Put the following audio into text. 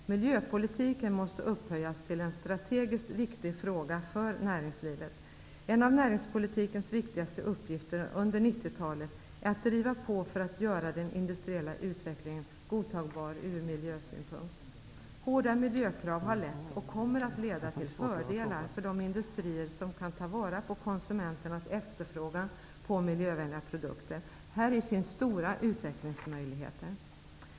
Miljöpolitiken måste upphöjas till en strategiskt viktig fråga för näringslivet. En av näringspolitikens viktigaste uppgifter under 1990 talet är att driva på för att göra den industriella utvecklingen godtagbar ur miljösynpunkt. Hårda miljökrav har lett till, och kommer att leda till, fördelar för de industrier som kan ta vara på konsumenternas efterfrågan på miljövänliga produkter. Häri finns stora utvecklingsmöjligheter.